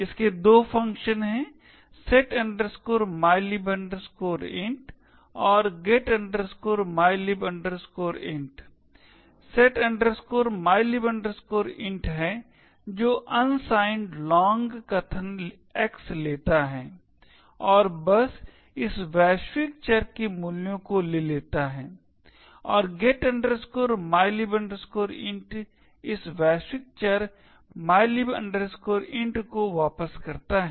इसके दो फंक्शन हैं set mylib int और get mylib int set mylib int है जो अन्साइनड लॉन्ग कथन X लेता है और बस इस वैश्विक चर के मूल्यों को ले लेता है और get mylib int इस वैश्विक चर mylib int को वापस करता है